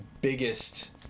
biggest